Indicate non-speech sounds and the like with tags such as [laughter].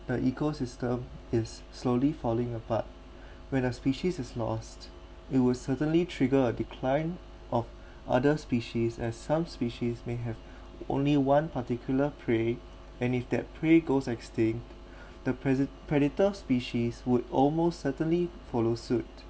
the ecosystem is slowly falling apart [breath] when a species is lost it will certainly trigger a decline of other species as some species may have only one particular prey and if that prey goes extinct [breath] the predat~ predator species would almost certainly follow suit